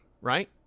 right